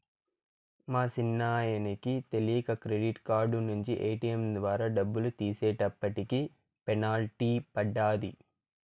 మా సిన్నాయనకి తెలీక క్రెడిట్ కార్డు నించి ఏటియం ద్వారా డబ్బులు తీసేటప్పటికి పెనల్టీ పడ్డాది